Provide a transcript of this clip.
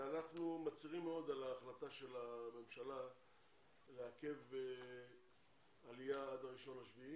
אנחנו מצרים מאוד על החלטת הממשלה לעכב עלייה עד הראשון ליולי.